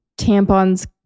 tampons